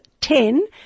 ten